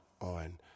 on